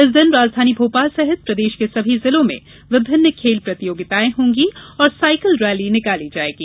इस दिन राजधानी भोपाल सहित प्रदेश के सभी जिलों में विभिन्न खेल प्रतियोगिताएँ होंगी और साईकिल रैली निकाली जायेगी